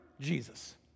Jesus